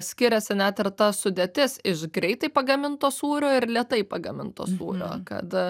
skiriasi net ir ta sudėtis iš greitai pagaminto sūrio ir lėtai pagaminto sūrio kad